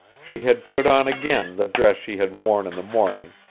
she had put on again the dress she had worn in the morning,